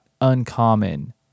uncommon